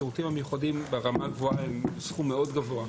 השירותים המיוחדים ברמה הגבוהה הם סכום מאוד גבוה.